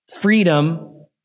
freedom